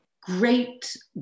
great